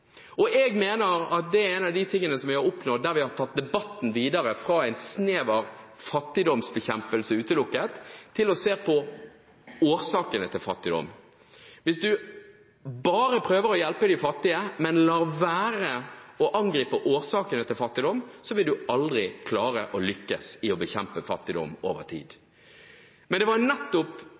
oppnådd, der vi har tatt debatten videre fra en snever fattigdomsbekjempelse, utelukkende, til å se på årsakene til fattigdom. Hvis man bare prøver å hjelpe de fattige, men lar være å angripe årsakene til fattigdom, vil man aldri klare å lykkes med å bekjempe fattigdom over tid. Det er nettopp